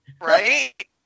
right